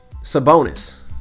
Sabonis